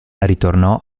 ritornò